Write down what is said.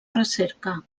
recerca